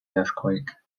earthquake